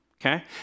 okay